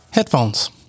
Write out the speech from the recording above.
Headphones